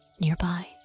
Nearby